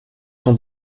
sont